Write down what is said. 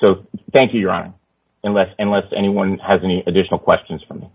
so thank you ron and less and less anyone has any additional questions from